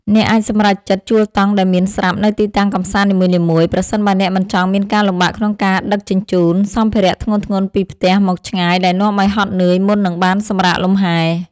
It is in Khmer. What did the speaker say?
អ្នកអាចសម្រេចចិត្តជួលតង់ដែលមានស្រាប់នៅទីតាំងកម្សាន្តនីមួយៗប្រសិនបើអ្នកមិនចង់មានការលំបាកក្នុងការដឹកជញ្ជូនសម្ភារៈធ្ងន់ៗពីផ្ទះមកឆ្ងាយដែលនាំឱ្យហត់នឿយមុននឹងបានសម្រាកលម្ហែ។